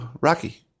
Rocky